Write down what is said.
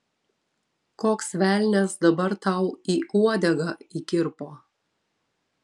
koks velnias dabar tau į uodegą įkirpo